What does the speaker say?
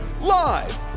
Live